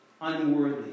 unworthy